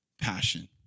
passion